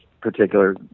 particular